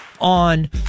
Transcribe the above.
on